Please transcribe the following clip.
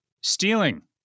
stealing